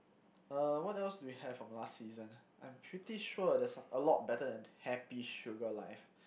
uh what else do we have from last season I'm pretty sure there's of a lot better than Happy Sugar Life